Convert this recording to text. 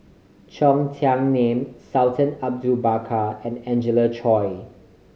Cheng Tsang Man Sultan Abu Bakar and Angelina Choy